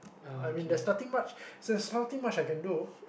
I mean there's nothing much there's nothing much I can do